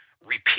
repeat